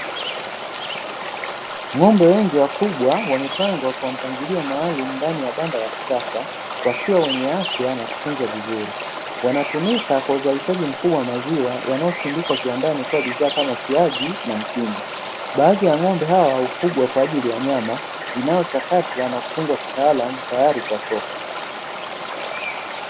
Ng'ombe wengi wakubwa wamepangwa kwa mpangilio maalumu ndani ya banda la kisasa wakiwa wenye afya na kutunzwa vizuri. Wanatumika kwa uzalishaji mkubwa wa maziwa yanayosindikwa kiwandani kuwa bidhaa kama siagi na mtindi, baadhi ya ng'ombe hawa hufugwa kwa ajili ya nyama inayochakatwa na kufungwa kitaalamu tayari kwa soko.